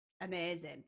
amazing